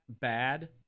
bad